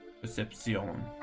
Perception